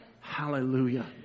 Hallelujah